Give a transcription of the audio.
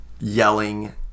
yelling